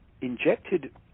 injected